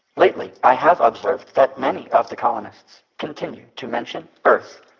lately i have observed that many of the colonists continue to mention earth,